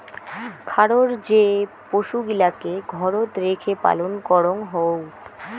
খারর যে পশুগিলাকে ঘরত রেখে পালন করঙ হউ